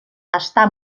està